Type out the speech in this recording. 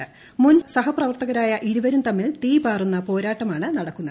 മുൻ ഏറ്റുമുട്ടൽ സഹപ്രവർത്തകരായ ഇരുവരും തമ്മിൽ തീപാറുന്ന പോരാട്ടമാണ് നടക്കുന്നത്